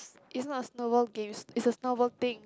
is not a snowball game it's it's a snowball thing